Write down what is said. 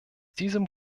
diesem